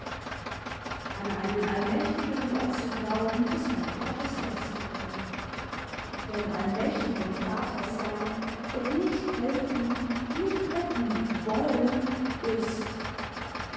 an einen allmächtigen gott zu glauben ist eine gotteslästerung denn allmächtig und vater sein und nicht helfen nicht retten wollen ist